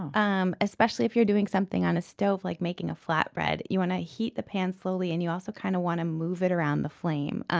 um especially if you're doing something on a stove like making a flatbread. you want to heat the pan slowly, and you also kind of want to move it around the flame.